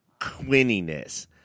quinniness